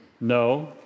No